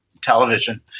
television